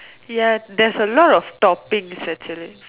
yes there's a lot of topics actually